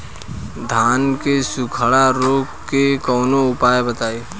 धान के सुखड़ा रोग के कौनोउपाय बताई?